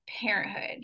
parenthood